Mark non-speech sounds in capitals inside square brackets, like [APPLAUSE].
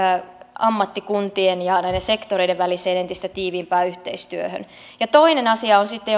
ammattikuntien ja sektoreiden väliseen entistä tiiviimpään yhteistyöhön toinen asia sitten [UNINTELLIGIBLE]